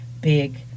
big